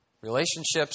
relationships